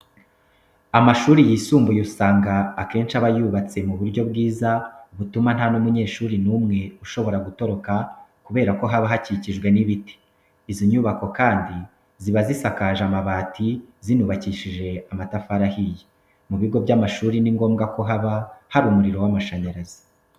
Amashuri yisumbuye usanga akenshi aba yubatse mu buryo bwiza butuma nta n'umunyeshuri n'umwe ushobora gutoroka kubera ko haba hakikijwe n'ibiti. Izi nyubako kandi ziba zisakaje amabati, zinubakijishe amatafari ahiye. Mu bigo by'amashuri ni ngombwa ko haba hari umuriro w'amashanyarazi.